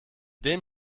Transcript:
dem